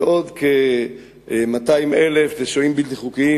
ועוד כ-200,000 הם שוהים בלתי חוקיים,